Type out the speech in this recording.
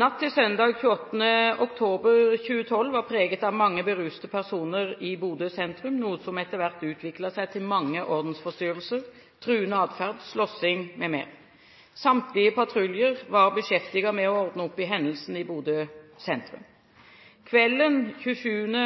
Natt til søndag 28. oktober 2012 var preget av mange berusede personer i Bodø sentrum, noe som etter hvert utviklet seg til mange ordensforstyrrelser, truende adferd, slåssing m.m. Samtlige patruljer var beskjeftiget med å ordne opp i hendelsene i Bodø sentrum. Kvelden 27.